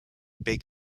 big